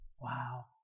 Wow